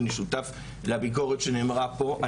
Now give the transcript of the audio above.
ואני שותף לביקורת שנאמרה פה.